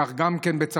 כך גם בצרפת,